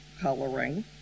coloring